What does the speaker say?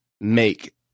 make